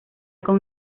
con